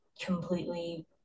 completely